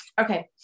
Okay